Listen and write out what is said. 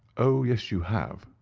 oh yes, you have,